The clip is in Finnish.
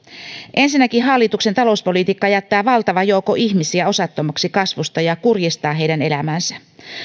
ensinnäkin hallituksen talouspolitiikka jättää valtavan joukon ihmisiä osattomaksi kasvusta ja kurjistaa heidän elämäänsä